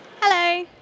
Hello